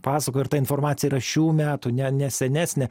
pasakoja ir ta informacija yra šių metų ne ne senesnė